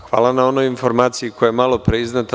Hvala na onoj informaciji koja je malo pre izdata.